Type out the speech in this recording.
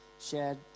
shared